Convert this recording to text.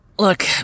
Look